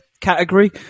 category